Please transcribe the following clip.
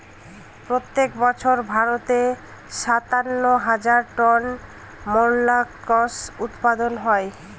প্রত্যেক বছর ভারতে সাতান্ন হাজার টন মোল্লাসকস উৎপাদন হয়